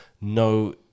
no